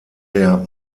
der